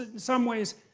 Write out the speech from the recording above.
ah some ways,